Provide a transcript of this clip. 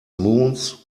moons